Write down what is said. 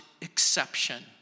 exception